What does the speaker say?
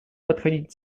подходить